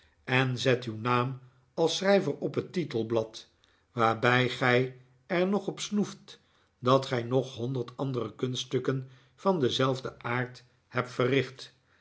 en zet uw naam als schrijver op het titelblad waarbij gij er nog op snoeft dat gij nog honderd andere kunststukken van denzelfden aard hebt verricht